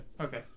Okay